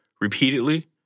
repeatedly